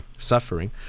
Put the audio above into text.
suffering